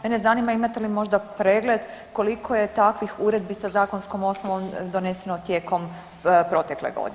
Mene zanima imate li možda pregled koliko je takvih uredbi sa zakonskom osnovom doneseno tijekom protekle godine?